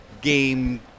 game